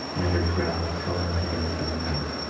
and i heard gravel thrown up against the window.